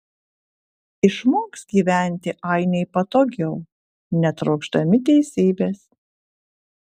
išmoks gyventi ainiai patogiau netrokšdami teisybės